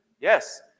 Yes